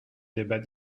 débat